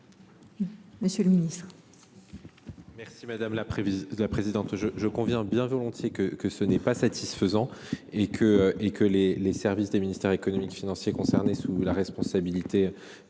Monsieur le ministre,